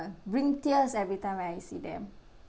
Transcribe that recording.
bring tears every time when I see them